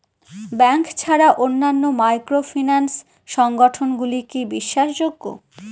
Bank ছাড়া অন্যান্য microfinance সংগঠন গুলি কি বিশ্বাসযোগ্য?